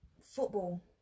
football